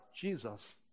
Jesus